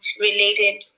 related